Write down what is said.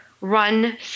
run